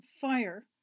fire